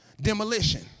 demolition